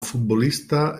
futbolista